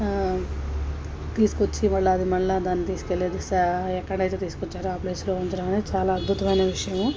తీసుకొచ్చి మళ్ళీ అది మళ్ళీ దాన్ని తీసుకెళ్ళేది ఎక్కడనైతే తీసుకొచ్చారో ఆ ప్లేస్లో ఉంచడమనేది చాలా అద్భుతమైన విషయము